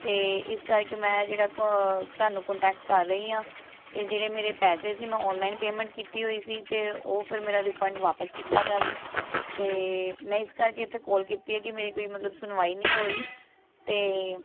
ਅਤੇ ਇਸ ਕਰਕੇ ਮੈਂ ਜਿਹੜਾ ਤੁਹਾਨੂੰ ਕੋਂਟੈਕਟ ਕਰ ਰਹੀ ਹਾਂ ਅਤੇ ਜਿਹੜੇ ਮੇਰੇ ਪੈਸੇ ਸੀ ਮੈਂ ਔਨਲਾਈਨ ਪੇਮੈਂਟ ਕੀਤੀ ਹੋਈ ਸੀ ਅਤੇ ਉਹ ਫਿਰ ਮੇਰਾ ਰਿਫੰਡ ਵਾਪਸ ਕੀਤਾ ਜਾਵੇ ਅਤੇ ਮੈਂ ਇਸ ਕਰਕੇ ਇੱਥੇ ਕੋਲ ਕੀਤੀ ਹੈ ਕਿ ਮੇਰੀ ਕੋਈ ਮਤਲਬ ਸੁਣਵਾਈ ਨਹੀਂ ਹੋ ਰਹੀ ਅਤੇ